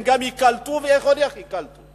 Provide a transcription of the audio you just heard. הם גם ייקלטו, ועוד איך ייקלטו.